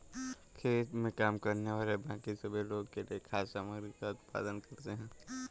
खेत में काम करने वाले बाकी सभी लोगों के लिए खाद्य सामग्री का उत्पादन करते हैं